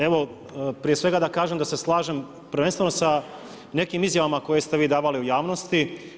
Evo prije svega da kažem da se slažem prvenstveno sa nekim izjavama koje ste vi davali u javnosti.